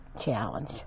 challenge